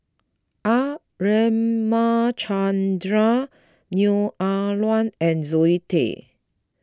R Ramachandran Neo Ah Luan and Zoe Tay